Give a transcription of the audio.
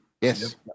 yes